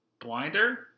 Blinder